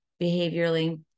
behaviorally